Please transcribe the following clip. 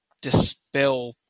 dispel